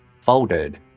folded